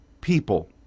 people